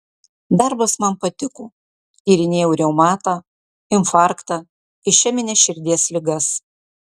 darbas man patiko tyrinėjau reumatą infarktą išemines širdies ligas